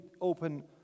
open